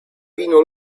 vino